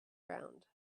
round